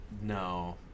No